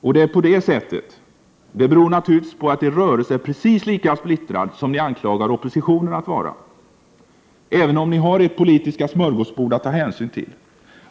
Att det är på det sättet beror naturligtvis på att er rörelse är precis lika splittrad som ni anklagar oppositionen för att vara, även om ni har ert politiska smörgåsbord att ta hänsyn till.